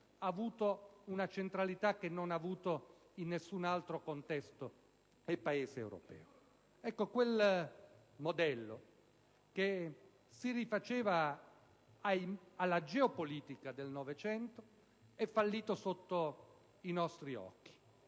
ha assunto una centralità che non ha avuto in nessun altro contesto del continente europeo. Ma quel modello, che si rifaceva alla geopolitica del Novecento, è fallito sotto i nostri occhi.